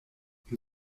une